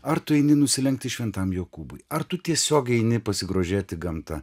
ar tu eini nusilenkti šventam jokūbui ar tu tiesiog eini pasigrožėti gamta